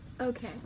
Okay